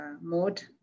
mode